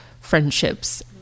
friendships